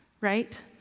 right